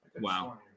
Wow